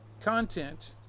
content